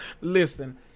Listen